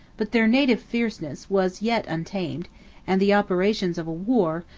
but their native fierceness was yet untamed and the operations of a war,